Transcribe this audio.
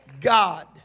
God